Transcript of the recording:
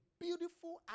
beautiful